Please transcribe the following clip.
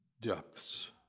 depths